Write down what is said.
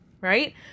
Right